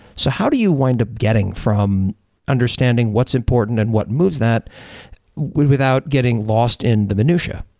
so how do you wind up getting from understanding what's important and what moves that without getting lost in the minutia?